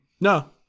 No